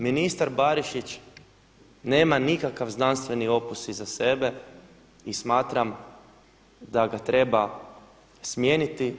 Ministar Barišić nema nikakav znanstveni opus iza sebe i smatram da ga treba smijeniti.